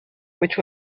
which